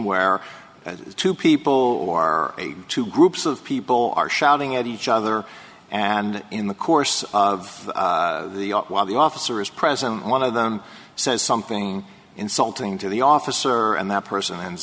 where two people or two groups of people are shouting at each other and in the course of the op while the officer is present one of them says something insulting to the officer and that person ends